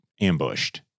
ambushed